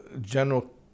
general